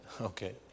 Okay